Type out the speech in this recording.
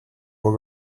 uhr